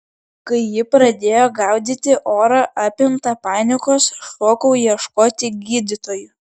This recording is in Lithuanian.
kai ji pradėjo gaudyti orą apimta panikos šokau ieškoti gydytojų